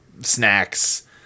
snacks